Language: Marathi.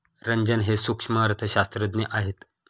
रंजन हे सूक्ष्म अर्थशास्त्रज्ञ आहेत